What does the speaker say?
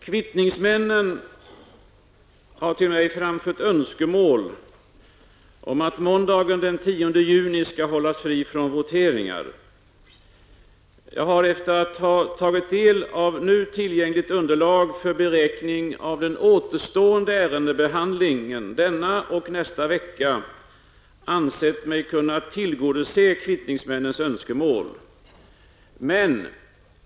Kvittningsmännen har till mig framfört önskemål om att måndagen den 10 juni skall hållas fri från voteringar. Jag har, efter att ha tagit del av nu tillgängligt underlag för beräkning av den återstående ärendebehandlingen denna och nästa vecka, ansett mig kunna tillgodose kvittningsmännens önskemål.